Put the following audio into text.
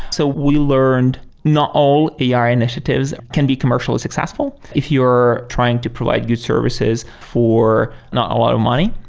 so we learned not all ai initiatives can be commercially successful if you're trying to provide good services for not a lot of money,